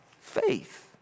faith